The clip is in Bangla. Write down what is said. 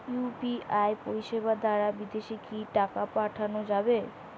ইউ.পি.আই পরিষেবা দারা বিদেশে কি টাকা পাঠানো যাবে?